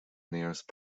nearest